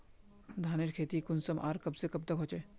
धानेर खेती कुंसम आर कब से कब तक होचे?